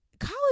college